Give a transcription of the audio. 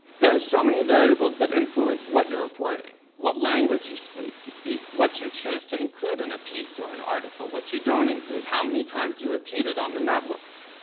there are so many variables that influence what you're reporting, what language you speak, what you choose to include in a piece or an article, what you don't include, how many times you repeat it on the network.